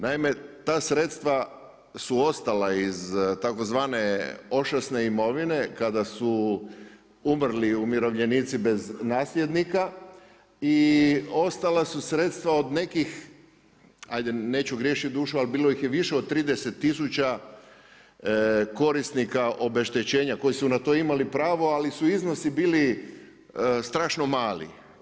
Naime, ta sredstva su ostale iz tzv. ošaste mirovine, kada su umrli umirovljenici bez nasljednika i ostala su sredstva od nekih, ajde neću griješiti dušu, ali bili ih je više od 30000 korisnika obeštećenja koji su na to imali pravo, ali su iznosi bili strašno mali.